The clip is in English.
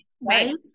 Right